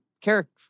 character